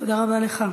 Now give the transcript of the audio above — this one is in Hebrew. תודה רבה לך.